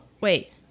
wait